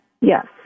Yes